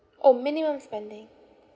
orh minimum spending